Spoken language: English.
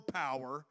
power